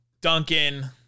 Duncan